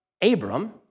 Abram